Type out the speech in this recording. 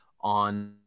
on